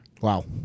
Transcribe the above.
Wow